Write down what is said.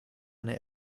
eine